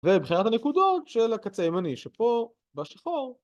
ובחירת הנקודות של הקצה הימני, שפה, בשחור